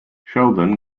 sheldon